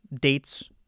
dates